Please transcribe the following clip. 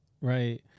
right